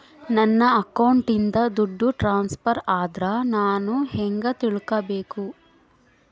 ನನ್ನ ಅಕೌಂಟಿಂದ ದುಡ್ಡು ಟ್ರಾನ್ಸ್ಫರ್ ಆದ್ರ ನಾನು ಹೆಂಗ ತಿಳಕಬೇಕು?